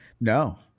No